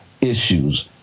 issues